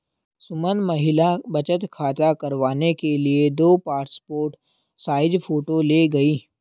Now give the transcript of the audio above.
सुमन महिला बचत खाता करवाने के लिए दो पासपोर्ट साइज फोटो ले गई